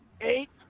Eight